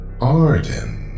Arden